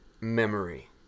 memory